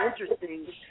interesting